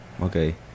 Okay